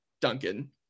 Duncan